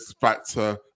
factor